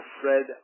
Fred